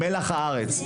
מלח הארץ,